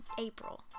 april